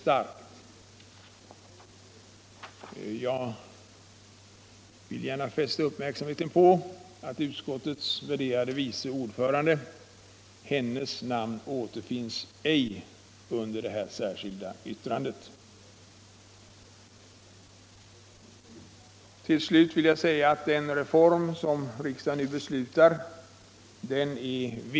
Jag vill fästa uppmärksamheten på att utskottets värderade vice ordförande inte återfinns under det särskilda vttrandet. Till slut vill jag framhålla att den reform som riksdagen nu beslutar om är betydelsefull.